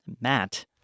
Matt